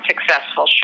successful